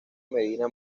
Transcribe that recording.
medina